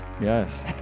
Yes